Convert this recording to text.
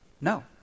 No